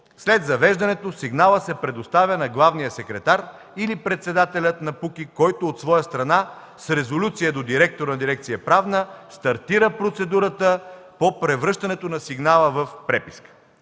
След завеждането сигналът се предоставя на главния секретар или председателя на КПУКИ, които от своя страна с резолюция до директора на дирекция „Правна” стартират процедурата по превръщането на сигнала в преписка.